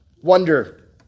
wonder